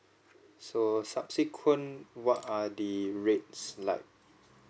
so subsequent what are the rates